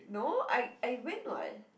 no I I went [what]